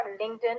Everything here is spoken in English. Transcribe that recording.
LinkedIn